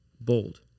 bold